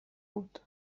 بود